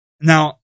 Now